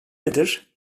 nedir